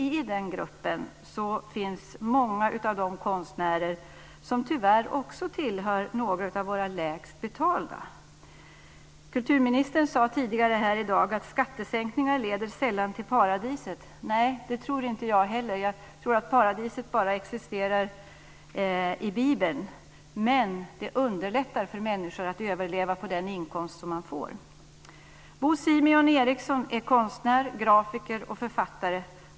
I den gruppen finns många av de konstnärer som tyvärr också tillhör några av våra lägst betalda. Kulturministern sade tidigare här i dag att skattesänkningar sällan leder till paradiset. Nej, det tror inte jag heller. Jag tror att paradiset bara existerar i Bibeln, men det underlättar för människor att överleva på den inkomst som man har. Bo Simeon Eriksson är konstnär, grafiker och författare.